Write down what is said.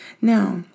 Now